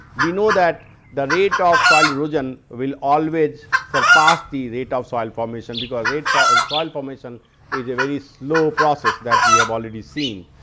we know that the rate of soil erosion will always surpass the rate of soil formation because, rate for soil formation is a very slow process that we have already seen.